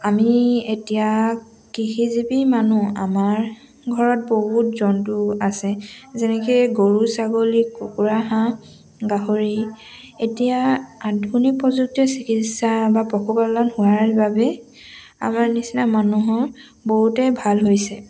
আমি এতিয়া কৃষিজীৱি মানুহ আমাৰ ঘৰত বহুত জন্তু আছে যেনেকৈ গৰু ছাগলী কুকুৰা হাঁহ গাহৰি এতিয়া আধুনিক প্ৰযুক্তিৰ চিকিৎসা বা পশুপালন হোৱাৰ বাবে আমাৰ নিচিনা মানুহৰ বহুতেই ভাল হৈছে